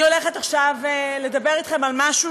אני הולכת עכשיו לדבר אתכם על משהו